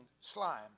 slime